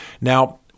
Now